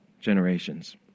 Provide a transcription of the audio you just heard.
generations